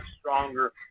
stronger